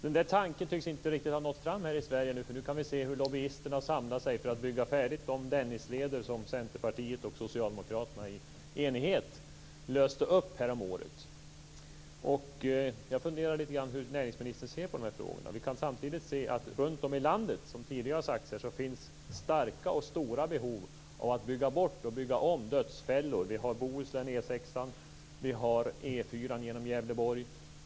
Den tanken tycks inte riktigt ha nått fram i Sverige, för nu kan vi se hur lobbyisterna samlar sig för att man skall bygga färdigt de Dennisleder som Centerpartiet och Socialdemokraterna i enighet löste upp häromåret. Jag funderar på hur näringsministern ser på dessa frågor. Vi kan samtidigt se att det runtom i landet, som tidigare har sagts, finns stora behov av att bygga bort och bygga om dödsfällor. Vi har E 6:an i Bohuslän. Vi har E 4:an genom Gävleborg.